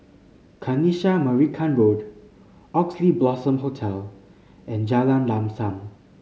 Kanisha Marican Road Oxley Blossom Hotel and Jalan Lam Sam